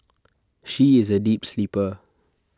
she is A deep sleeper